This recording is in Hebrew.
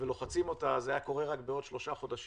ולוחצים אותה, זה היה קורה רק בעוד שלושה חודשים.